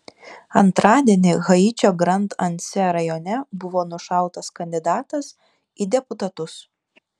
antradienį haičio grand anse rajone buvo nušautas kandidatas į deputatus